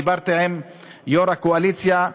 ודיברתי עם יושב-ראש הקואליציה,